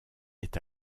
est